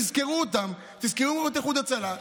תזכרו אותם: תזכרו את איחוד הצלה,